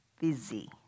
busy